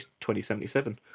2077